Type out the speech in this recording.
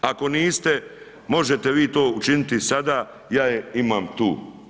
Ako niste, možete vi to učiniti sada, ja je imam tu.